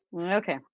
Okay